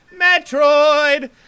Metroid